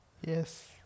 Yes